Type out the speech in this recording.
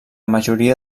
majoria